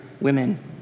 women